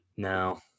No